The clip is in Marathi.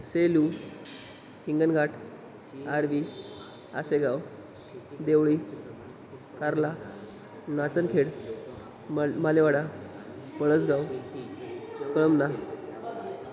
सेलू हिंगनघाट आरवी आशेगाव देवळी कारला नाचनखेड मल मालेवाडा पळसगाव कळमना